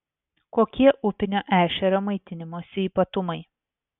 kokie upinio ešerio maitinimosi ypatumai